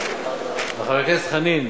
וחבר הכנסת חנין,